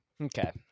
Okay